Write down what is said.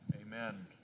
Amen